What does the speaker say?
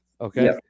Okay